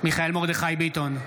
מיכאל מרדכי ביטון,